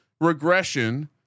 regression